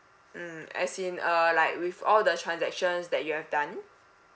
mm as in uh like with all the transactions that you have done